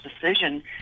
decision